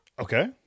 Okay